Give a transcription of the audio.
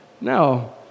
No